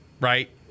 right